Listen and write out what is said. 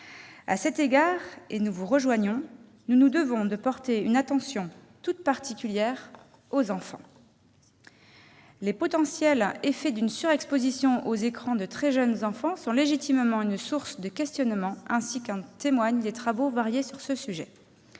À cet égard, et nous vous rejoignons sur ce point, nous nous devons de porter une attention toute particulière aux enfants. Les effets potentiels d'une surexposition aux écrans des très jeunes enfants sont légitimement une source de questionnement, comme en témoignent des travaux variés sur ce sujet.